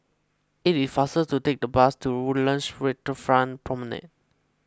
it is faster to take the bus to Woodlands Waterfront Promenade